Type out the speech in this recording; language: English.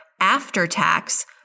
after-tax